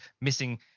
missing